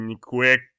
quick